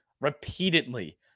repeatedly